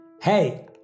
Hey